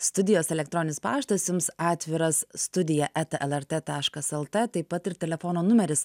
studijos elektroninis paštas jums atviras studija eta lrt taškas lt taip pat ir telefono numeris